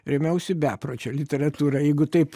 rėmiausi bepročio literatūra jeigu taip